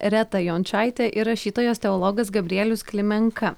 reta jončaitė ir rašytojas teologas gabrielius klimenka